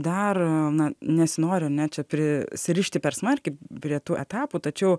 dar na nesinori ne čia prisirišti per smarkiai prie tų etapų tačiau